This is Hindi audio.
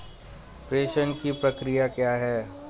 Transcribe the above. प्रेषण की प्रक्रिया क्या है?